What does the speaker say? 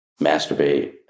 masturbate